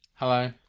Hello